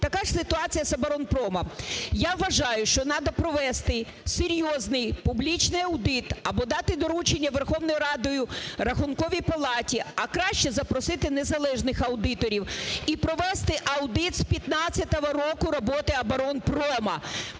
Така ж ситуація з оборонпромом. Я вважаю, що треба провести серйозний публічний аудит або дати доручення Верховної Ради Рахунковій палаті, а краще запросити незалежних аудиторів і провести аудит з 2015 року роботи оборонпрому,